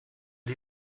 die